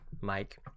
Mike